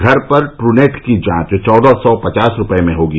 घर पर ट्र नेट की जॉच चौदह सौ पचास रूपये में होगी